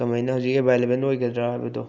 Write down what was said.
ꯀꯃꯥꯏꯅ ꯍꯧꯖꯤꯛ ꯑꯦꯕꯥꯏꯂꯦꯕꯜ ꯑꯣꯏꯒꯗ꯭ꯔꯥ ꯍꯥꯏꯕꯗꯣ